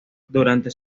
durante